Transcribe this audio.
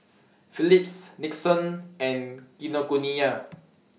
Phillips Nixon and Kinokuniya